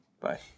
Bye